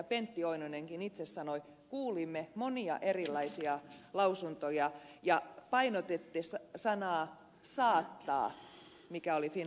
pentti oinonenkin itse sanoi kuulimme monia erilaisia lausuntoja ja painotitte sanaa saattaa mikä oli finnairin lausunnossa